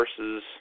versus